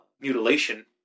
mutilation